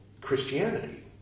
Christianity